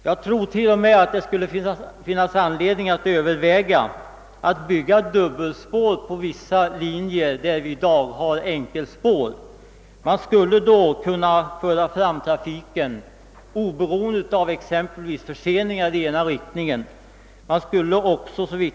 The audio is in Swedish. Jag tror till och med att det skulle finnas anledning överväga att bygga dubbelspår på vissa linjer, där vi i dag har enkelspår. Trafiken skulle då kunna föras fram oberoende av exem pelvis förseningar i ena riktningen.